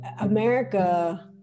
America